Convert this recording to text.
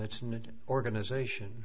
it's an organization